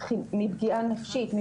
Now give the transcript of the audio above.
מפגיעה נפשית,